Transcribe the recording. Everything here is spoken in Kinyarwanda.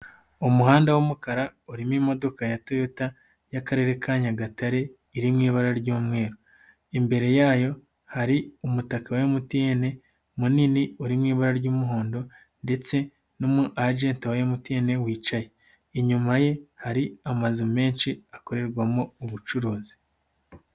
Umuhanda w'umukara urimo imodoka ya toyota y'akarere ka Nyagatare iri mu ibara ry'umweru. Imbere yayo hari umutaka wa MTN munini uri mu Ibara ry'umuhondo, ndetse n'umu ajenti wa MTN wicaye, inyuma ye hari amazu menshi akorerwamo ubucuruzi.